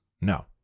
No